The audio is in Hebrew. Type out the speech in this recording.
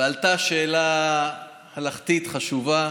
ועלתה שאלה הלכתית חשובה,